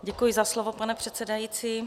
Děkuji za slovo, pane předsedající.